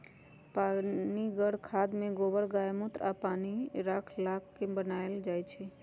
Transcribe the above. पनीगर खाद में गोबर गायमुत्र आ पानी राख मिला क बनाएल जाइ छइ